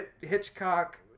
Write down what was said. Hitchcock